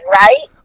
right